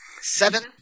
seven